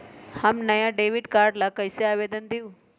हम नया debit card ला कईसे आवेदन दिउ?